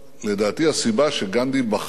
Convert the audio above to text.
לדעתי, הסיבה שגנדי בחר